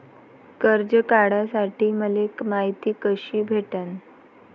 कर्ज काढासाठी मले मायती कशी भेटन?